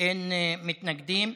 אין מתנגדים.